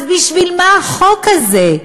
אז בשביל מה החוק הזה?